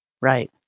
Right